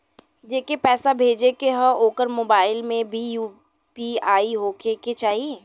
जेके पैसा भेजे के ह ओकरे मोबाइल मे भी यू.पी.आई होखे के चाही?